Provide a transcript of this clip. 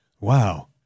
Wow